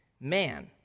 Man